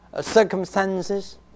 circumstances